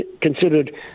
considered